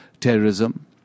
terrorism